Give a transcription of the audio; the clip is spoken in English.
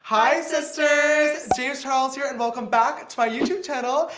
hi sisters! james charles here and welcome back to my youtube channel!